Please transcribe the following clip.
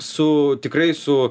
su tikrai su